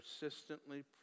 persistently